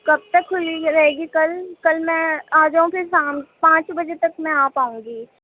کب تک کھُلی رہے گی کل کل میں آ جاؤں پھر شام پانچ بجے تک میں آ پاؤں گی